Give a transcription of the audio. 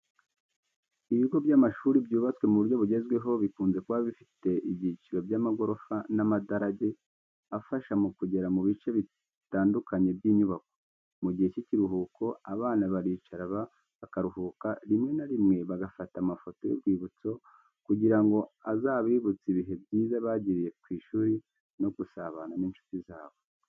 Ibigo by'amashuri byubatswe mu buryo bugezweho bikunze kuba bifite ibyiciro by'amagorofa n'amadarage, afasha mu kugera mu bice bitandukanye by'inyubako. Mu gihe cy'ikiruhuko, abana baricara bakaruhuka, rimwe na rimwe bagafata amafoto y'urwibutso, kugira ngo azabibutse ibihe byiza bagiriye ku ishuri no gusabana n'inshuti zabo.